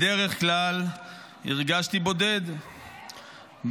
בדרך כלל הרגשתי בודד בביקורת,